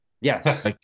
Yes